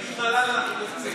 תגיד מל"ל, אנחנו יוצאים.